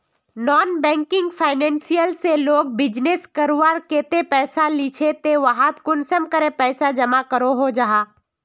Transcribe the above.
Non banking financial से लोग business करवार केते पैसा लिझे ते वहात कुंसम करे पैसा जमा करो जाहा?